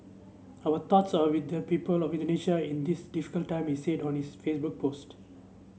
our thoughts are with the people of Indonesia in this difficult time he said on his Facebook post